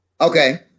Okay